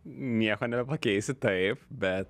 nieko nebepakeisi taip bet